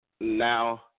now